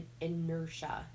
inertia